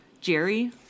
Jerry